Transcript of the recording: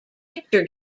picture